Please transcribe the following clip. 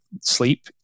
sleep